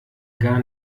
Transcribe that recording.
gar